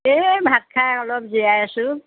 এই ভাত খাই অলপ জিৰাই আছোঁ